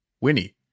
Winnie